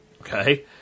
okay